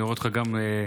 יש לו ריבוי עיסוקים,